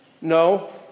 No